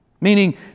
Meaning